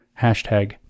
hashtag